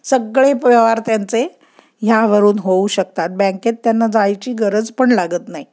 सगळे व्यवहार त्यांचे ह्यावरून होऊ शकतात बँकेत त्यांना जायची गरज पण लागत नाही